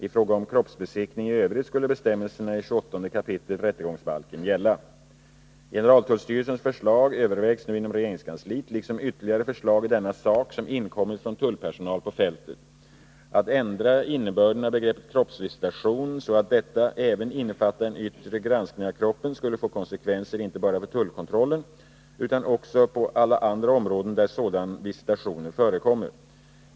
I fråga om kroppsbesiktning i övrigt skulle bestämmelserna i 28 kap. rättegångsbalken gälla. Generaltullstyrelsens förslag övervägs nu inom regeringskansliet, liksom ytterligare förslag i denna sak, som inkommit från tullpersonal på fältet. Att ändra innebörden av begreppet kroppsvisitation så att detta även innefattar en yttre granskning av kroppen skulle få konsekvenser inte bara för tullkontrollen utan också på alla andra områden där sådana visitationer förekommer.